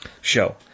show